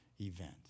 event